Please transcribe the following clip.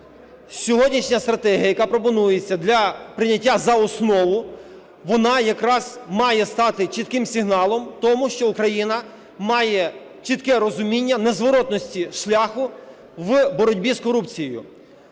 Сьогоднішня стратегія, яка пропонується для прийняття за основу, вона якраз має стати чітким сигналом, тому що Україна має чітке розуміння незворотності шляху в боротьбі з корупцією.